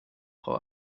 frau